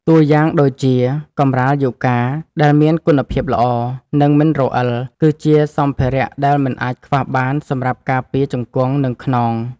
តួយ៉ាងដូចជា កម្រាលយូហ្គា ដែលមានគុណភាពល្អ និងមិនរអិល គឺជាសម្ភារៈដែលមិនអាចខ្វះបានសម្រាប់ការពារជង្គង់ និងខ្នង។